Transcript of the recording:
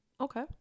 okay